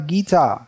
Gita